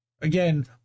again